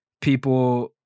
people